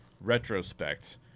retrospect